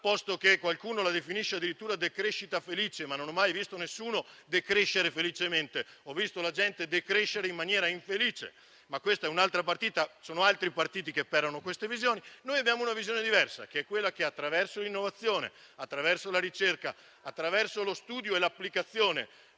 posto che qualcuno la definisce addirittura decrescita felice. Io non ho mai visto nessuno decrescere felicemente. Ho visto solo gente decrescere in maniera infelice, ma questa è un'altra partita. Sono altri i partiti che perorano queste visioni. Noi abbiamo una visione diversa, che è quella per cui, attraverso l'innovazione, attraverso la ricerca, attraverso lo studio e l'applicazione,